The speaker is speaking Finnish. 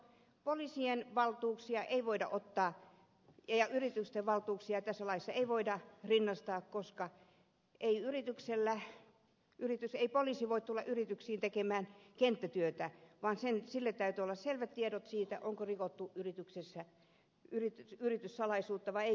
poliisien valtuuksia ja yritysten valtuuksia tässä laissa ei voida rinnastaa koska poliisi ei voi tulla yrityksiin tekemään kenttätyötä vaan sillä täytyy olla selvät tiedot siitä onko rikottu yrityssalaisuutta vai eikö ole rikottu